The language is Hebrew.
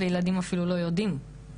וילדים אפילו לא יודעים.